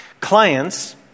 Clients